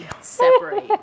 Separate